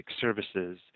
services